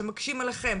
שמקשים עליהם,